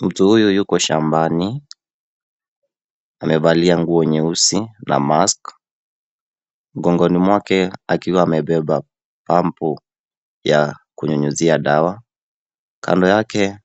Mtu huyu yuko shambani, amevalia nguo nyeusi na mask . Mgongoni mwake akiwa amebeba pampu ya kunyunyizia dawa. Kando yake